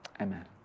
Amen